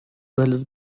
duelos